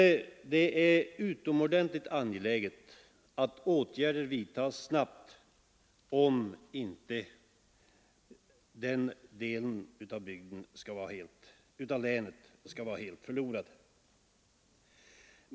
Det är utomordentligt angeläget att åtgärder snabbt vidtas för att inte den delen av länet skall gå helt förlorad.